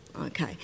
okay